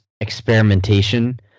experimentation